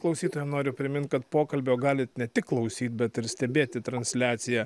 klausytojam noriu primint kad pokalbio galit ne tik klausyt bet ir stebėti transliaciją